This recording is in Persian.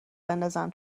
بندازم